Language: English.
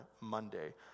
monday